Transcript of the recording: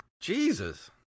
Jesus